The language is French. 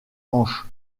hanches